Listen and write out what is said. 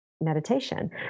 meditation